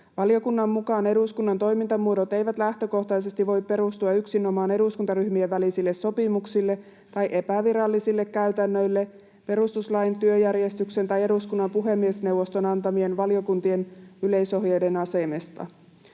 Valiokunnan mukaan eduskunnan toimintamuodot eivät lähtökohtaisesti voi perustua yksinomaan eduskuntaryhmien välisille sopimuksille tai epävirallisille käytännöille perustuslain, työjärjestyksen tai eduskunnan puhemiesneuvoston antamien valiokuntien yleisohjeiden asemesta.